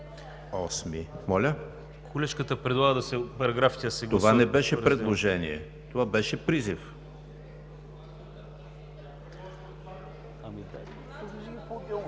Това не беше предложение – беше призив.